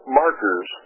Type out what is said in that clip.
markers